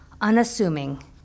unassuming